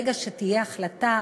ברגע שתהיה החלטה,